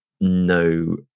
no